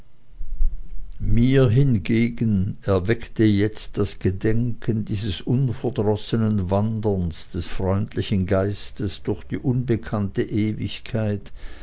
mir hingegen erweckte jetzt das gedenken dieses unverdrossenen wanderns des freundlichen geistes durch die unbekannte ewigkeit